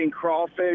Crawfish